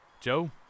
Joe